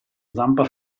zampa